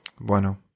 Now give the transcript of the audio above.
Bueno